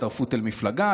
הצטרפות למפלגה.